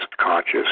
conscious